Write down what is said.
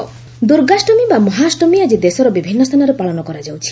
ଦୁର୍ଗା ପ୍ରଜା ଦୁର୍ଗାଷ୍ଟମୀ ବା ମହାଷ୍ଟମୀ ଆଜି ଦେଶର ବିଭିନ୍ନ ସ୍ଥାନରେ ପାଳନ କରାଯାଉଛି